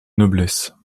noblesse